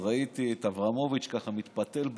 אז ראיתי את אברמוביץ' ככה מתפתל בכיסא,